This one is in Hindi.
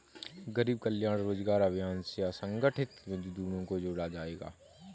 गरीब कल्याण रोजगार अभियान से असंगठित मजदूरों को जोड़ा जायेगा